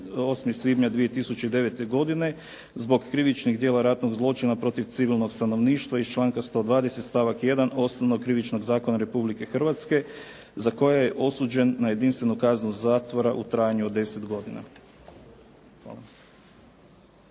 8. svibnja 2009. godine zbog krivičnih djela ratnog zločina protiv civilnog stanovništva iz članka 120. stavak 1. Osnovnog krivičnog zakona Republike Hrvatske za koje je osuđen na jedinstvenu kaznu zatvora u trajanju od 10 godina.“